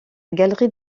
galerie